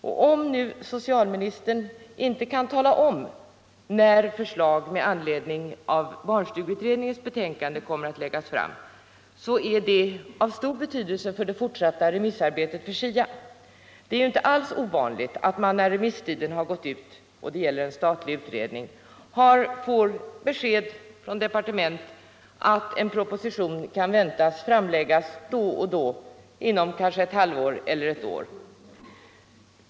Och om nu socialministern inte kan tala om när förslag med anledning av barnstugeutredningens betänkande kommer att läggas fram är det av största betydelse för det fortsatta remissarbetet med SIA. Det är inte alls ovanligt att man när remisstiden för en statlig utredning gått ut får besked från departementet att en proposition kan väntas bli framlagd vid en viss tidpunkt, inom kanske ett halvår eller ett år.